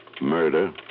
Murder